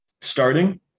Starting